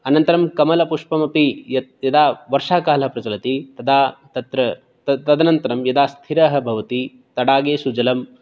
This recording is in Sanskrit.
अनन्तरं कमलपुष्पम् अपि यत् यदा वर्षाकालः प्रचलति तदा तत्र तदनन्तरं यदा स्थिरः भवति तडागेषु जलं